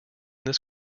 this